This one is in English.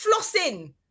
flossing